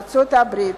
ארצות-הברית,